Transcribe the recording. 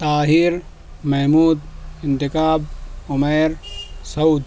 طاہر محمود انتخاب عمیر سعود